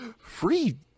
Free